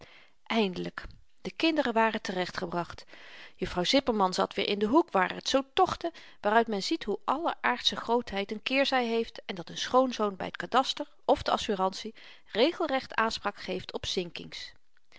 eindelyk de kinderen waren terechtgebracht juffrouw zipperman zat weer in den hoek waar t zoo tochtte waaruit men ziet hoe alle aardsche grootheid n keerzy heeft en dat n schoonzoon by t kadaster of de assurantie regelrecht aanspraak geeft